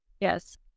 yes